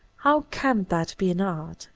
how can that be an art,